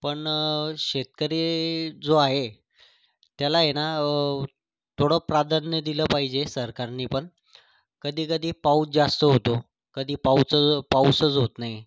पण शेतकरी जो आहे त्याला आहे ना थोडं प्राधान्य दिलं पाहिजे सरकारनी पण कधी कधी पाऊस जास्त होतो कधी पाऊसज पाऊसच होत नाही